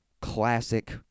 classic